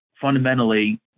fundamentally